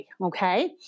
okay